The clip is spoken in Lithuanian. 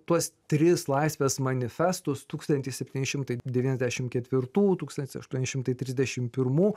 tuos tris laisvės manifestus tūkstantis septyni šimtai devyniasdešim ketvirtų tūkstantis aštuoni šimtai trisdešim pirmų